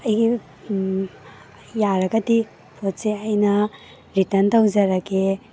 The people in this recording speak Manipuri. ꯑꯩꯒꯤ ꯌꯥꯔꯒꯗꯤ ꯄꯣꯠꯁꯦ ꯑꯩꯅ ꯔꯤꯇꯔꯟ ꯇꯧꯖꯔꯒꯦ